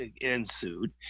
ensued